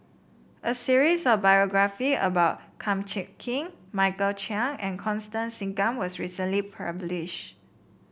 a series of biography about Kum Chee Kin Michael Chiang and Constance Singam was recently publish